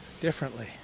differently